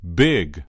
big